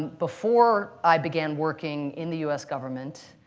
before i began working in the us government,